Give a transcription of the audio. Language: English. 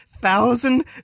thousand